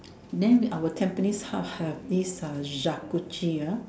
than our Tampines-hub have this Jacuzzi